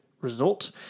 result